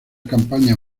campaña